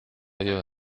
your